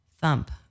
thump